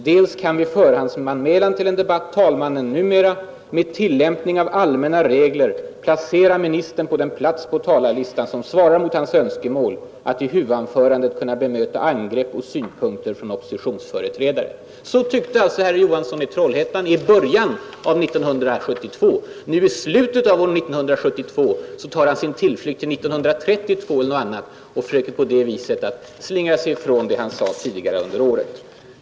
Dels kan vid förhandsanmälan till en debatt talmannen numera med tillämpning av allmänna regler placera ministern på den plats på talarlistan som svarar mot hans önskemål att i huvudanförandet kunna bemöta angrepp och synpunkter från oppositionsföreträdare.” Så tyckte alltså herr Johansson i Trollhättan i början av år 1972. Men nu i slutet av samma år tar han sin tillflykt till år 1932 och försöker på det sättet slingra sig från vad han sagt tidigare under det här året.